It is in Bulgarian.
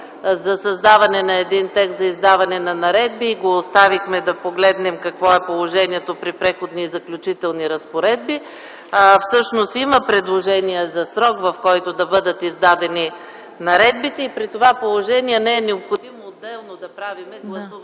за създаване на един текст за издаване на наредби и го оставихме да погледнем какво е положението при „Преходни и заключителни разпоредби”. Всъщност има предложение за срок, в който да бъдат издадени наредбите. При това положение не е необходимо отделно да правим гласуване